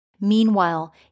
Meanwhile